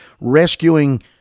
rescuing